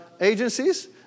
agencies